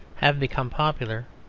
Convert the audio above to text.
have become popular,